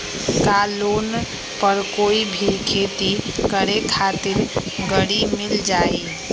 का लोन पर कोई भी खेती करें खातिर गरी मिल जाइ?